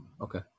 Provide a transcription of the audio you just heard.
Okay